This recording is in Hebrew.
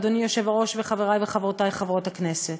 אדוני היושב-ראש וחברי וחברותי חברות הכנסת,